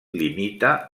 limita